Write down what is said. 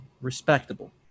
respectable